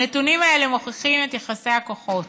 הנתונים האלה מוכיחים את יחסי הכוחות: